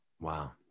Wow